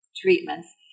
treatments